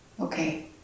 Okay